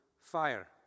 fire